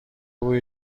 بوی